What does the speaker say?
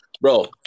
bro